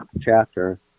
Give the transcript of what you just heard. chapter